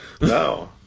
No